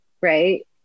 right